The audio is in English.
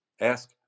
Ask